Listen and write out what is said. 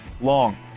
long